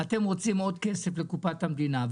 אלא אתם פשוט רוצים עוד כסף לקופת המדינה?